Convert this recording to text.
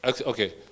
Okay